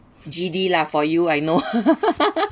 G_D lah for you I know